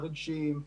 הרגשיים,